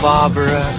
Barbara